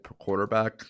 quarterback